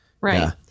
right